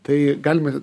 tai galima